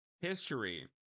history